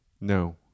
No